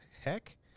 heck